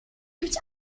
gives